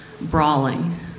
brawling